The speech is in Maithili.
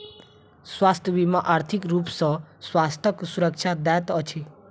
स्वास्थ्य बीमा आर्थिक रूप सॅ स्वास्थ्यक सुरक्षा दैत अछि